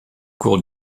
cours